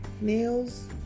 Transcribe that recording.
nails